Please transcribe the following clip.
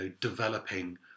developing